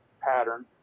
pattern